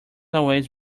always